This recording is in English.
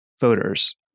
voters